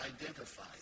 identify